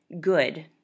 good